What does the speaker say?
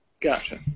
Gotcha